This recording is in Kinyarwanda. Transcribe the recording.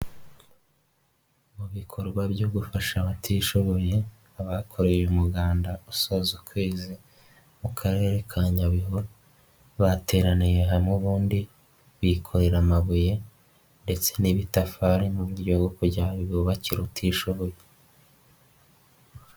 Mu bikorwa byo gufasha abatishoboye, abakoreye umuganda usoza ukwezi mu Karere ka Nyabihu bateraniye hamwe ubundi bikorera amabuye ndetse n'ibitafari mu buryo bwo kugira ngo bubakira utishoboye.